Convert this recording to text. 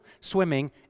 swimming